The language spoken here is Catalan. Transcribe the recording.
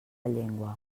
llengua